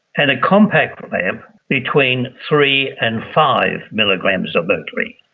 and a compact lamp between three and five milligrams of mercury.